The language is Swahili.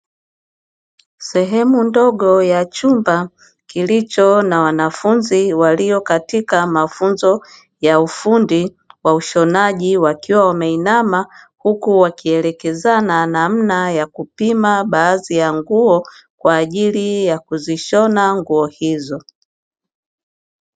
Sehemu ndogo ya chumba kilicho na wanafunzi, walio katika mafunzo ya ufundi wa ushonaji. Wakiwa wameinama, huku wakielekezana namna ya kupima baadhi ya nguo kwa ajili ya kuzishona nguo hizo.